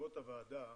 לישיבות הוועדה